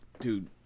Dude